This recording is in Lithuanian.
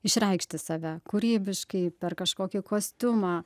išreikšti save kūrybiškai per kažkokį kostiumą